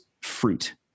fruit